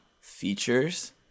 features